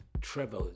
Trevor